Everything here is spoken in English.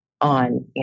on